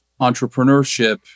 entrepreneurship